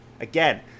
Again